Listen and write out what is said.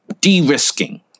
de-risking